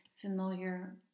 familiar